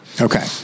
Okay